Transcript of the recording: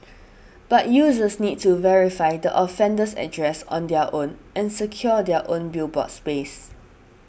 but users need to verify the offender's address on their own and secure their own billboard space